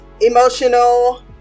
emotional